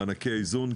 מענקי האיזון,